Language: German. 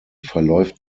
verläuft